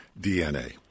DNA